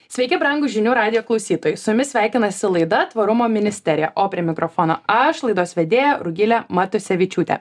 sveiki brangūs žinių radijo klausytojai su jumis sveikinasi laida tvarumo ministerija o prie mikrofono aš laidos vedėja rugilė matusevičiūtė